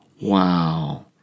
wow